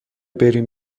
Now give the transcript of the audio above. بریم